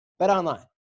BetOnline